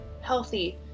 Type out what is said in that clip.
healthy